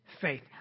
faith